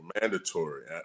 mandatory